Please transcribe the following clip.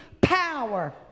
power